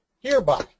Hereby